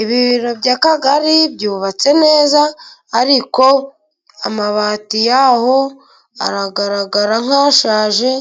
Ibi biro by'kagari byubatse neza， ariko amabati ya ho aragaragara nk'ashaje，